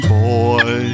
boy